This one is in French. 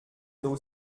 d’eau